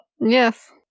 Yes